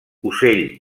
ocell